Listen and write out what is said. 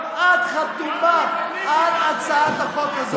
גם את חתומה על הצעת החוק הזאת.